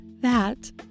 That